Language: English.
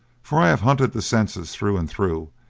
for i have hunted the census through and through,